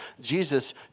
Jesus